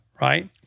right